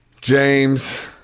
James